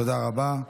תודה רבה.